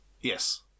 Yes